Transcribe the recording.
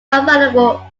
available